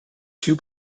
two